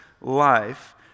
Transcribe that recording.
life